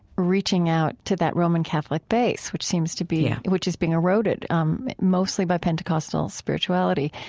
reaching out to that roman catholic base, which seems to be, yeah, which is being eroded um mostly by pentecostal spirituality.